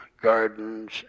gardens